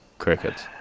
Crickets